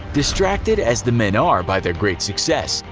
distracted as the men are by their great success,